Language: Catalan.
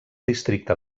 districte